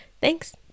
Thanks